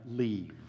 leave